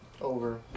over